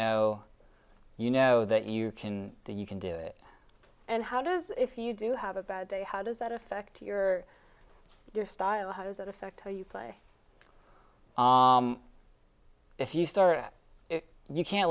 know you know that you can you can do it and how does if you do have a bad day how does that affect your your style how does that affect how you play if you start you can't